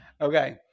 Okay